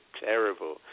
terrible